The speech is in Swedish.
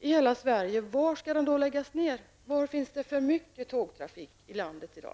i hela Sverige var trafiken skall läggas ner. Var i landet finns det för mycket tågtrafik i dag?